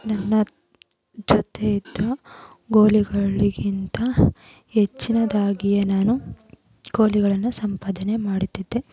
ನನ್ನ ಜೊತೆಯಿದ್ದ ಗೋಲಿಗಳಿಗಿಂತ ಹೆಚ್ಚಿನದಾಗಿಯೇ ನಾನು ಗೋಲಿಗಳನ್ನು ಸಂಪಾದನೆ ಮಾಡುತ್ತಿದ್ದೆ